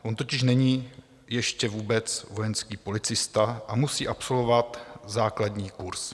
On totiž není ještě vůbec vojenský policista a musí absolvovat základní kurz.